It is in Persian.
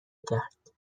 کرد